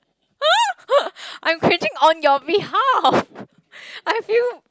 I'm cringing on your behalf I feel